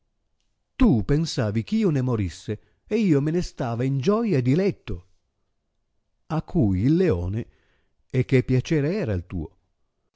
tu pensavi eh io ne morisse e io me ne stava in gioia e diletto a cui il leone e che piacere era il tuo